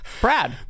Brad